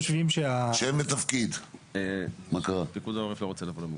אנחנו חושבים שבמקום תנאי של שתי הפעלות חריגות,